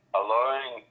allowing